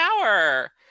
power